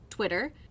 Twitter